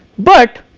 but